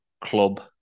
club